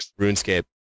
RuneScape